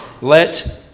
let